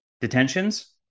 detentions